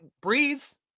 Breeze